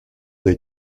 des